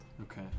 Okay